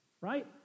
right